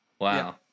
Wow